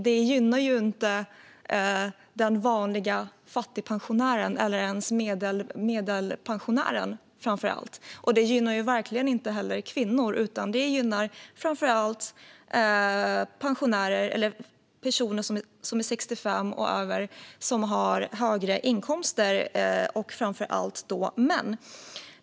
Det gynnar framför allt inte den vanliga fattigpensionären eller ens medelinkomstpensionären. Det gynnar verkligen inte heller kvinnor, utan det gynnar framför allt pensionärer och andra personer som är 65 år eller mer och som har högre inkomster. Och det gäller framför allt män.